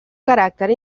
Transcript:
caràcter